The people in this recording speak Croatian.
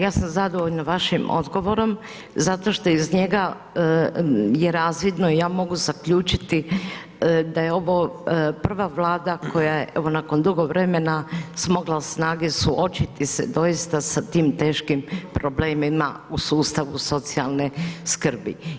Ja sam zadovoljna vašim odgovorom zato što iz njega je razvidno i ja mogu zaključiti da je ovo prva Vlada koja je nakon dugo vremena smogla snage suočiti se doista sa tim teškim problemima u sustavu socijalne skrbi.